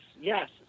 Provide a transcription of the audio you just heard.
yes